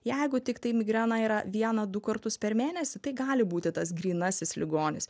jeigu tiktai migrena yra vieną du kartus per mėnesį tai gali būti tas grynasis ligonis